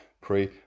pray